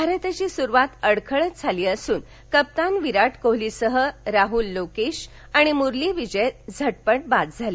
भारताची सुरवात अडखळत झाली असून कप्पान विराट कोहलीसह राहूल लोकेश आणि मुरली विजय झटपट बाद झाले